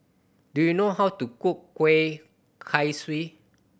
do you know how to cook Kueh Kaswi